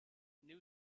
new